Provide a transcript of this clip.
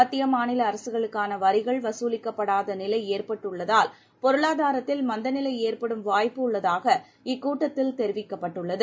மத்திய மாநில அரசுகளுக்கான வரிகள் வசூலிக்கப்படாத நிலை ஏற்பட்டுள்ளதால் பொருளாதாரத்தில் மந்த நிலை ஏற்படும் வாய்ப்பு உள்ளதாக இக்கூட்டத்தில் தெரிவிக்கப்பட்டது